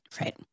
Right